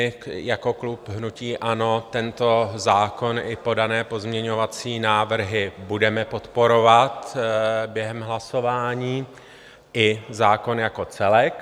My jako klub hnutí ANO tento zákon i podané pozměňovací návrhy budeme podporovat během hlasování i zákon jako celek.